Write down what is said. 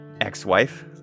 ex-wife